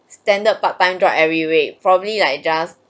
standard part time job every week probably like just